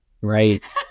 Right